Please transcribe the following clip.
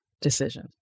decision